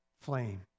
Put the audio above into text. flame